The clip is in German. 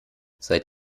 seit